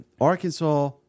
Arkansas